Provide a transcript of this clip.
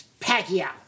Pacquiao